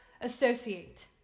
associate